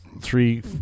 Three